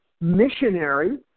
missionary